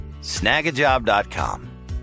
Snagajob.com